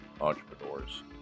Entrepreneurs